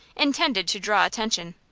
intended to draw attention.